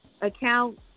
account